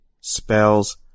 spells